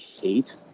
hate